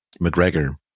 McGregor